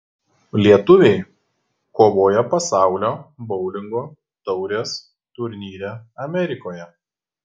lietuviai kovoja pasaulio boulingo taurės turnyre amerikoje